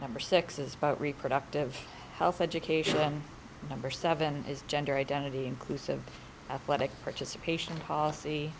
number six is but reproductive health education number seven is gender identity inclusive athletic participation policy